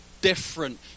different